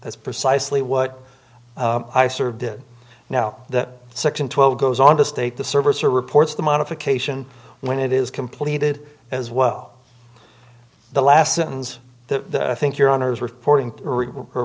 that's precisely what i sort of did now that section twelve goes on to state the service or reports the modification when it is completed as well the last sentence that i think your honour's re